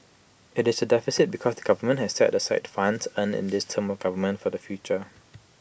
IT is A deficit because the government has set aside funds earned in this term of government for the future